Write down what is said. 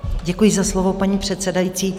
Děkuji za slovo, paní předsedající.